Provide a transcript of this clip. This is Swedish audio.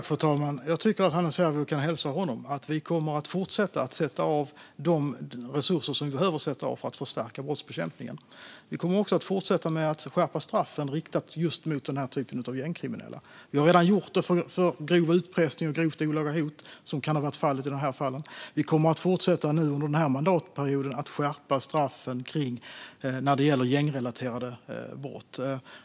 Fru talman! Jag tycker att Hannes Hervieu kan hälsa honom att vi kommer att fortsätta att sätta av de resurser som behövs för att förstärka brottsbekämpningen. Vi kommer också att fortsätta att skärpa straffen riktade mot just den typen av gängkriminella. Vi har redan gjort det för grov utpressning och grovt olaga hot, som det kan ha varit i fallet i fråga. Vi kommer att fortsätta under denna mandatperiod att skärpa straffen för gängrelaterade brott.